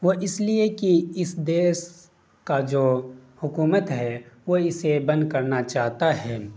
وہ اس لیے کہ اس دیش کا جو حکومت ہے وہ اسے بند کرنا چاہتا ہے